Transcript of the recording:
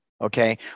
okay